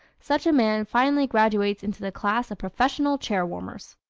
such a man finally graduates into the class of professional chair-warmers.